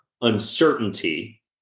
uncertainty